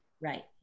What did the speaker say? Right